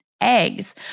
eggs